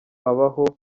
abaho